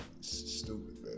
Stupid